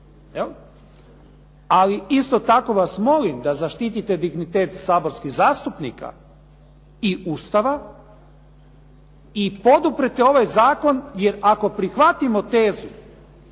Ali isto tako vas molim da zaštitite dignitet saborskih zastupnika i Ustava i poduprijete ovaj zakon jer ako prihvatimo tezu